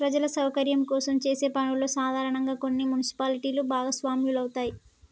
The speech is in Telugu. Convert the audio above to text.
ప్రజల సౌకర్యం కోసం చేసే పనుల్లో సాధారనంగా కొన్ని మున్సిపాలిటీలు భాగస్వాములవుతాయి